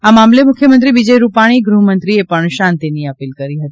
આ મામલે મુખ્યમંત્રી વિજય રૂપાણી ગૃહમંત્રીએ પણ શાંતિની અપિલ કરી હતી